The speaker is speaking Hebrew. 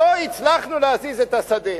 לא הצלחנו להזיז את השדה.